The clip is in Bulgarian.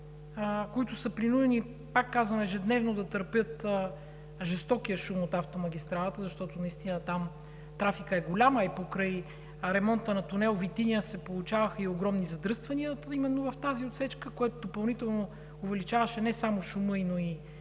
които са принудени, пак казвам, ежедневно да търпят жестокия шум от автомагистралата, защото наистина там трафикът е голям. А и покрай ремонта на тунел „Витиня“ се получаваха огромни задръствания именно в тази отсечка, което допълнително увеличаваше не само шума, но и